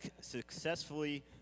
successfully